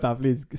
please